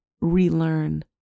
relearn